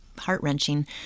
heart-wrenching